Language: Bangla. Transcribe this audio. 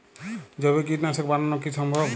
জৈব কীটনাশক বানানো কি সম্ভব?